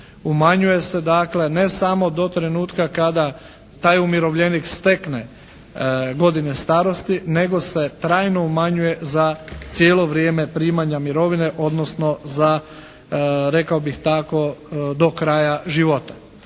Umanjuje se dakle ne samo do trenutka kada taj umirovljenik stekne godine starosti, nego se trajno umanjuje za cijelo vrijeme primanja mirovine, odnosno za rekao bih tako do kraja života.